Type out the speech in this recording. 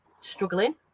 struggling